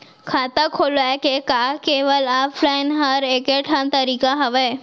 खाता खोलवाय के का केवल ऑफलाइन हर ऐकेठन तरीका हवय?